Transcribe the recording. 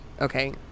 okay